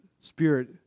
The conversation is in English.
spirit